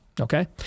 Okay